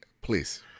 please